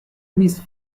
louise